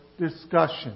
discussion